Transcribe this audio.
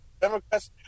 democrats